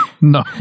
No